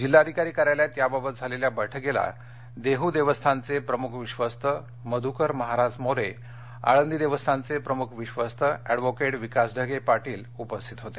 जिल्हाधिकारी कार्यालयात याबाबत झालेल्या बैठकीला देहू देवस्थानचे प्रमुख विश्वस्त मधूकर महाराज मोरे आळंदी देवस्थानचे प्रमुख विश्वस्त एडवोकेट विकास ढगे पाटील उपस्थित होते